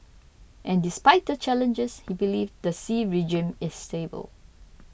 and despite the challenges he believes the Xi regime is stable